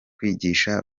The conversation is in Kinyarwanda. kwigisha